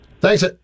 Thanks